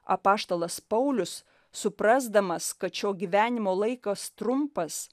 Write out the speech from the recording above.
apaštalas paulius suprasdamas kad šio gyvenimo laikas trumpas